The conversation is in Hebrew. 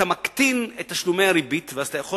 אתה מקטין את תשלומי הריבית ואז אתה יכול